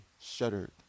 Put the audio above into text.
shuddered